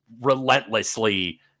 relentlessly